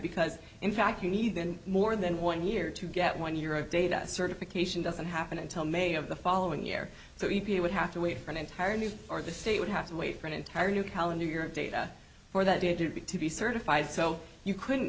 because in fact you need then more than one year to get one year of data certification doesn't happen until may of the following year so e p a would have to wait for an entire new or the state would have to wait for an entire new calendar year of data for that date to be to be certified so you couldn't